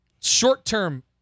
Short-term